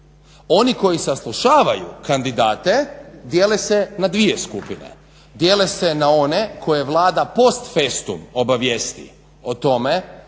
Oni koji saslušavaju kandidate dijele se na dvije skupine, dijele se na one koje Vlada post festum obavijesti o tome